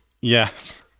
Yes